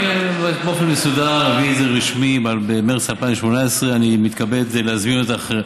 אני באופן מסודר אביא את זה רשמי במרס 2018. אני מתכבד להזמין אותך,